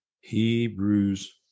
Hebrews